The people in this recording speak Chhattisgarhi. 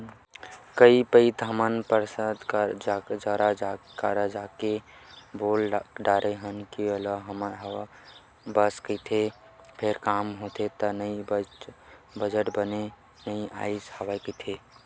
कई पइत हमन पार्षद करा जाके बोल डरे हन ओहा घलो हव हव बस कहिथे फेर काम ह होथे नइ हे बजट बने नइ आय हवय कहिथे